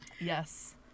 Yes